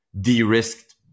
de-risked